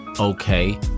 okay